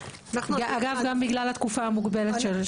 אגב גם בגלל התקופה המוגבלת שלו.